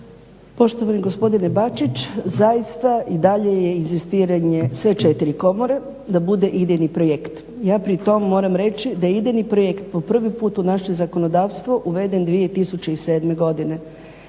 Poštovani gospodine Bačić zaista i dalje je inzistiranje sve 4 komore da bude idejni projekt. Ja pri tome moram reći da idejni projekt po prvi put u naše zakonodavstvo uveden 2007. godine